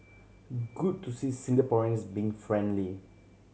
good to see Singaporeans being friendly